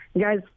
guys